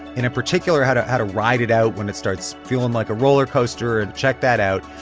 in particular, how to how to ride it out when it starts feeling like a roller coaster. check that out.